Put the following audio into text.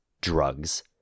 drugs